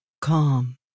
Calm